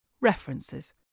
references